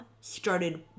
started